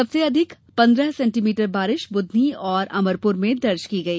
सबसे अधिक पन्द्रह सेंटीमीटर बारिश बूधनी और अमरपुर में दर्ज की गई